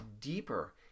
deeper